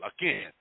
again